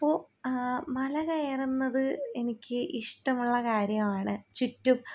അപ്പോൾ മല കയറുന്നത് എനിക്ക് ഇഷ്ടമുള്ള കാര്യമാണ് ചുറ്റും